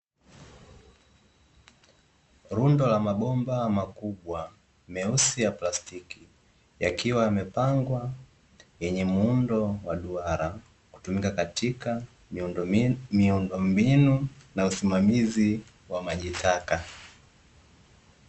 Rundo la mabomba makubwa meusi ya plastiki yakiwa yamepangwa yenye muundo wa duara, kutumika katika miundombinu na usimamizi wa majitaka.